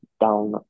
down